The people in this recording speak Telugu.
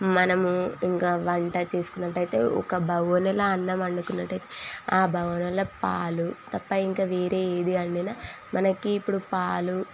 మనము ఇంకా వంట చేసుకున్నట్టయితే ఒక బగోనీలో అన్నం వండుకున్నట్టయితే ఆ బాగోనిలో పాలు తప్పా ఇంకా వేరే ఏది వండినా మనకి ఇప్పుడు పాలు